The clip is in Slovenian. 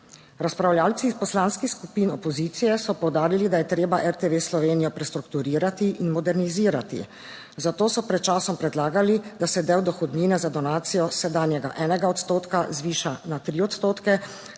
Razpravljavci poslanskih skupin opozicije so poudarili, da je treba RTV Slovenija prestrukturirati in modernizirati, zato so pred časom predlagali, da se del dohodnine za donacijo sedanjega 1 odstotka zviša na 3 odstotke,